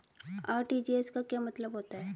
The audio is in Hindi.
आर.टी.जी.एस का क्या मतलब होता है?